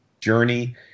journey